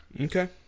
Okay